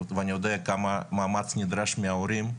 ואני יודע כמה מאמץ נדרש מההורים.